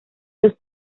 los